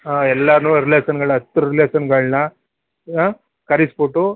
ಹಾಂ ಎಲ್ಲರನ್ನು ರಿಲೇಶನ್ಗಳು ಹತ್ರ ರಿಲೇಶನ್ಗಳನ್ನ ಆಂ ಕರಿಸ್ಬಿಟ್ಟು